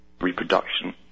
reproduction